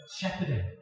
shepherding